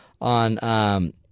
on